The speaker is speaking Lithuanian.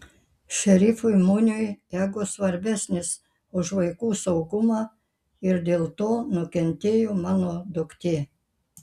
šerifui muniui ego svarbesnis už vaikų saugumą ir dėl to nukentėjo mano duktė